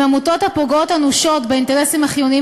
אם עמותות הפוגעות אנושות באינטרסים החיוניים